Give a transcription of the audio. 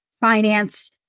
finance